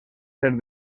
ser